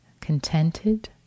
Contented